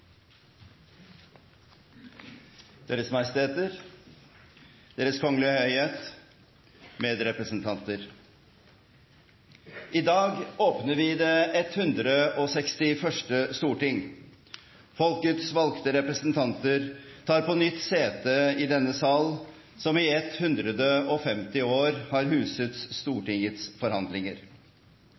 Deres Majesteter, Deres Kongelige Høyhet, medrepresentanter! I dag åpner vi det 161. storting. Folkets valgte representanter tar på nytt sete i denne sal, som i 150 år har huset Stortingets forhandlinger.